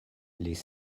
les